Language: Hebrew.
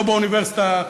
לא באוניברסיטה,